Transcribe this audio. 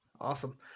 Awesome